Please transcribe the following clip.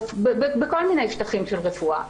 בכל מיני שטחים של רפואה,